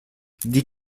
die